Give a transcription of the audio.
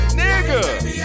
nigga